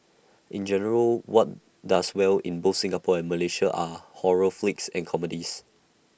in general what does well in both Singapore and Malaysia are horror flicks and comedies